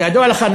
כידוע לך,